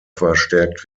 verstärkt